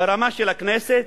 ברמה של הכנסת,